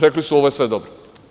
Rekli su ovo je sve dobro.